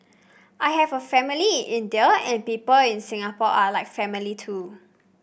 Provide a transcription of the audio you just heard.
I have a family in India and people in Singapore are like family too